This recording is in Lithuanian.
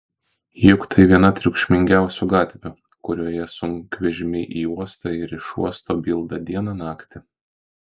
juk tai viena triukšmingiausių gatvių kurioje sunkvežimiai į uostą ir iš uosto bilda dieną naktį